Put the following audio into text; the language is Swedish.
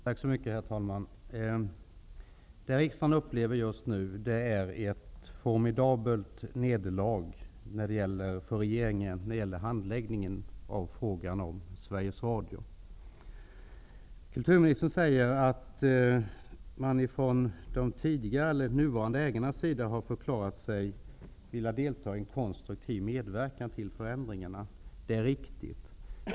Herr talman! Det riksdagen upplever just nu är ett formidabelt nederlag för regeringen när det gäller handläggningen av frågan om Sveriges Radio. Kulturministern säger att man från de nuvarande ägarnas sida har förklarat sig villig att konstruktivt medverka till förändringar. Det är riktigt.